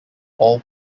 all